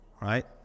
right